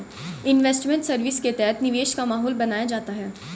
investment service के तहत निवेश का माहौल बनाया जाता है